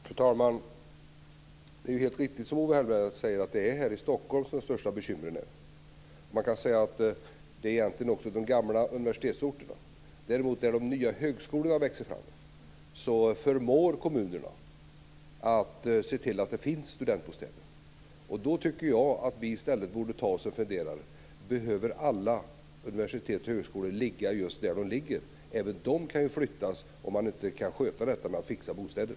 Fru talman! Det är helt riktigt som Owe Hellberg säger. Det är här i Stockholm som de största bekymren finns, och egentligen på de gamla universitetsorterna, men där de nya högskolorna växer fram förmår kommunerna att se till att det finns studentbostäder. Jag tycker att vi i stället borde ta oss en funderare på om alla universitet och högskolor behöver ligga just där de ligger. Även de kan ju flyttas om man inte kan sköta detta med att fixa bostäder.